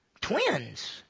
Twins